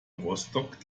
rostock